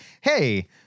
hey